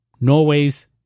Norway's